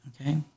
okay